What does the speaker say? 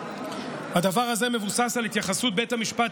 הדבר הזה מבוסס על התייחסות בית המשפט